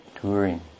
touring